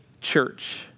church